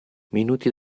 minuti